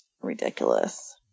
ridiculous